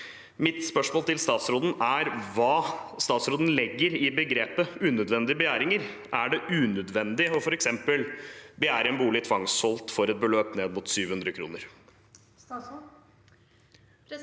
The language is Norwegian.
Mitt spørsmål til statsråden er hva statsråden legger i begrepet «unødvendige begjæringer». Er det f.eks. unødvendig å begjære en bolig tvangssolgt for et beløp ned mot 700 kr?